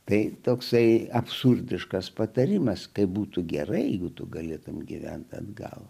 tai toksai absurdiškas patarimas kaip būtų gerai jeigu tu galėtumei gyventi atgal